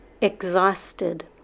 Exhausted